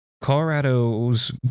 Colorado's